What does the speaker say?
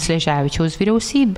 šleževičiaus vyriausybę